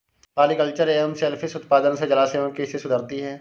polyculture एवं shellfish उत्पादन से जलाशयों की स्थिति सुधरती है